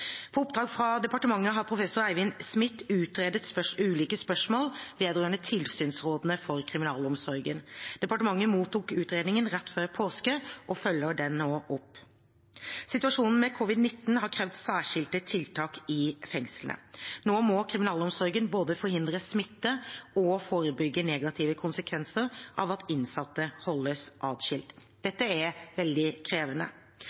På oppdrag fra departementet har professor Eivind Smith utredet ulike spørsmål vedrørende tilsynsrådene for kriminalomsorgen. Departementet mottok utredningen rett før påske og følger nå opp den. Situasjonen med covid-19 har krevd særskilte tiltak i fengslene. Nå må kriminalomsorgen både forhindre smitte og forebygge negative konsekvenser av at innsatte holdes adskilt. Dette er veldig krevende.